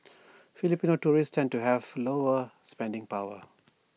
Filipino tourists tend to have lower spending power